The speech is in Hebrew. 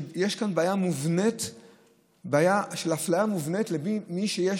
יש כאן בעיה של אפליה מובנית של מי שיש